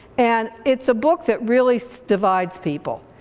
and it's a book that really so divides people.